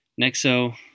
Nexo